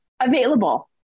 available